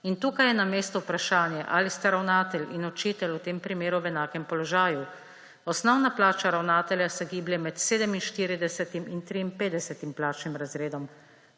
In tukaj je na mestu vprašanje, ali sta ravnatelj in učitelj v tem primeru v enakem položaju. Osnovna plača ravnatelja se giblje med 47. in 53. plačnim razredom,